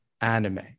anime